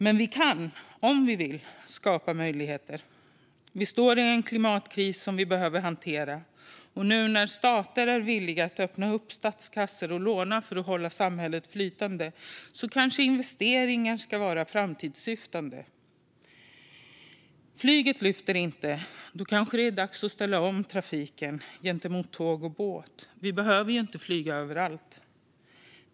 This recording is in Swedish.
Men vi kan, om vi vill, skapa möjligheter. Vi står i en klimatkris som vi behöver hantera, och nu när stater är villiga att öppna upp statskassor och låna för att hålla samhället flytande kanske investeringar ska vara framtidssyftande. Flyget lyfter inte - då är det kanske dags att ställa om trafiken till tåg och båt? Vi behöver ju inte flyga överallt.